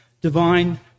divine